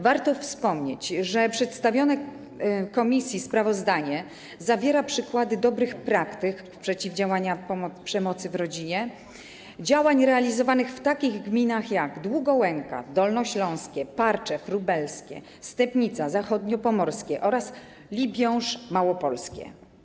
Warto wspomnieć, że przedstawione komisji sprawozdanie zawiera przykłady dobrych praktyk przeciwdziałania przemocy w rodzinie, działań realizowanych w takich gminach jak Długołęka - dolnośląskie, Parczew - lubelskie, Stepnica - zachodniopomorskie oraz Libiąż - małopolskie.